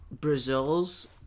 brazil's